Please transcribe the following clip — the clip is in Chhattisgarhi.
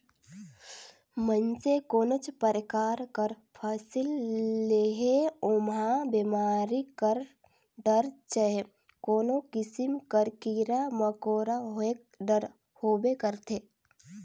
मइनसे कोनोच परकार कर फसिल लेहे ओम्हां बेमारी कर डर चहे कोनो किसिम कर कीरा मकोरा होएक डर होबे करथे